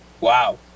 Wow